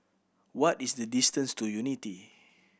what is the distance to Unity